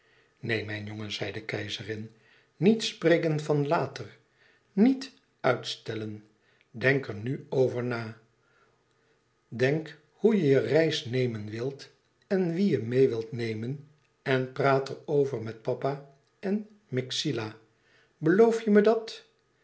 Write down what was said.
neen mijn jongen zei de keizerin niet spreken van later niet uitstellen denk er nu over na denk hoe je je reis nemen wilt en wie je meê wilt nemen en praat er over met papa en met myxila beloof je me dat